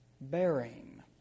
bearing